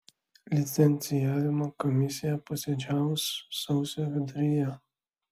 licencijavimo komisija posėdžiaus sausio viduryje